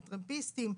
הטרמפיסטים,